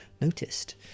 noticed